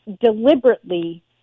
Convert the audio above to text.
deliberately